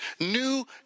new